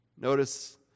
Notice